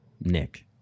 Nick